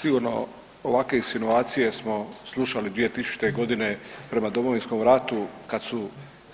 Sigurno ovakve insinuacije smo slušali 2000. godine prema Domovinskom ratu kada su